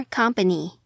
company